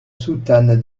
soutane